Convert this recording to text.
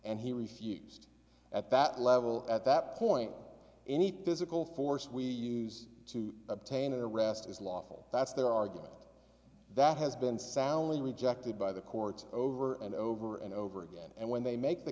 and he refused at that level at that point any does it all force we use to obtain an arrest is lawful that's their argument that has been soundly rejected by the courts over and over and over again and when they make the